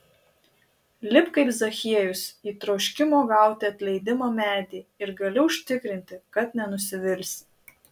lipk kaip zachiejus į troškimo gauti atleidimą medį ir galiu užtikrinti kad nenusivilsi